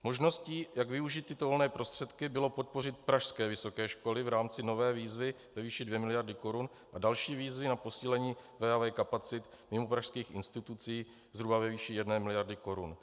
Možností, jak využít tyto volné prostředky, bylo podpořit pražské vysoké školy v rámci nové výzvy ve výši 2 miliardy korun a další výzvy na posílení VaV kapacit mimopražských institucí zhruba ve výši jedné miliardy korun.